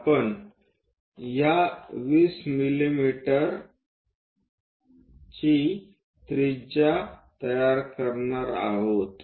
आपण 20 मिमीचा त्रिज्या तयार करणार आहोत